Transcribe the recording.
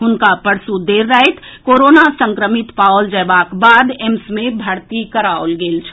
हुनका परसू देर राति कोरोना संक्रमित पाओल जएबाक बाद एम्स मे भर्ती कराओल गेल छल